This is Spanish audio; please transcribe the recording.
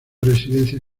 residencia